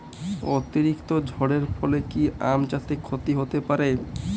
অতিরিক্ত ঝড়ের ফলে কি আম চাষে ক্ষতি হতে পারে?